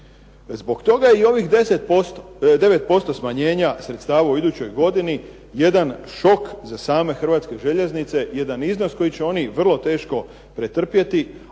Zbog toga i ovih 9% smanjenja sredstava u idućoj godini jedan šok za same Hrvatske željeznice, jedan iznos koji će oni vrlo teško pretrpjeti,